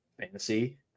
fantasy